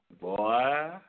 Boy